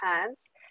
hands